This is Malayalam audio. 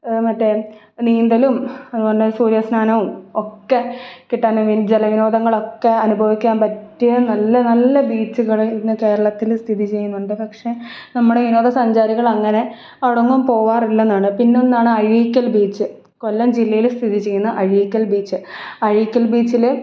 മറ്റെ നീന്തലും അതുപോലെ സൂര്യസ്നാനവും ഒക്കെ കിട്ടാനും ജലവിനോദങ്ങളൊക്കെ അനുഭവിക്കാൻ പറ്റിയ നല്ല നല്ല ബീച്ചുകൾ ഇന്ന് കേരളത്തിൽ സ്ഥിതി ചെയ്യുന്നുണ്ട് പക്ഷെ നമ്മുടെ വിനോദസഞ്ചാരികളങ്ങനെ അവിടെയൊന്നും പോവാറില്ലെന്നാണ് പിന്നൊന്നാണ് അഴീക്കൽ ബീച്ച് കൊല്ലം ജില്ലയിൽ സ്ഥിതി ചെയ്യുന്ന അഴീക്കൽ ബീച്ച് അഴീക്കൽ ബീച്ചിൽ